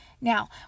Now